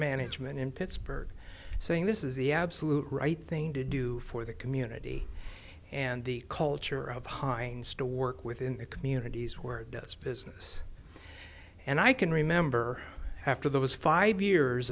management in pittsburgh saying this is the absolute right thing to do for the community and the culture of heinz to work within the communities where it does business and i can remember after those five years